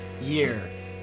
year